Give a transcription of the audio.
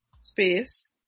space